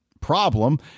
problem